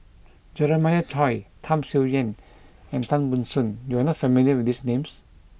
Jeremiah Choy Tham Sien Yen and Tan Ban Soon you are not familiar with these names